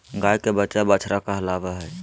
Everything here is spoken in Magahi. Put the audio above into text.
गाय के बच्चा बछड़ा कहलावय हय